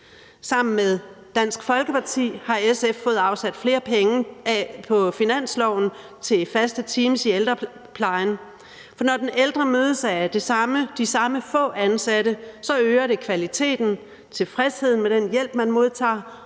Sammen med Dansk Folkeparti har SF fået afsat flere penge på finansloven til faste teams i ældreplejen. For når den ældre mødes af de samme få ansatte, øger det kvaliteten og tilfredsheden med den hjælp, man modtager,